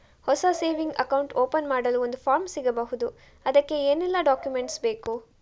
ಹೊಸ saving account open ಮಾಡಲು ಒಂದು ಫಾರ್ಮ್ ಸಿಗಬಹುದು? ಅದಕ್ಕೆ ಏನೆಲ್ಲಾ ಡಾಕ್ಯುಮೆಂಟ್ಸ್ ಬೇಕು?